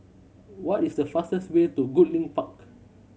what is the fastest way to Goodlink Park